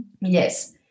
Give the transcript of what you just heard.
yes